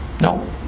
No